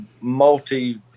multi